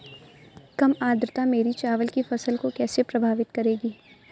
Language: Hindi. कम आर्द्रता मेरी चावल की फसल को कैसे प्रभावित करेगी?